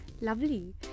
Lovely